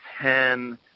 ten